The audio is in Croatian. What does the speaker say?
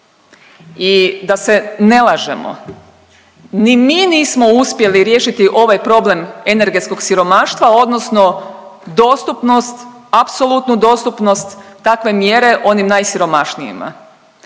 I da se ne lažemo, ni mi nismo uspjeli riješiti ovaj problem energetskog siromaštva odnosno dostupnost, apsolutnu dostupnost takve mjere onim najsiromašnijima.